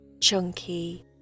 chunky